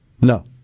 No